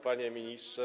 Panie Ministrze!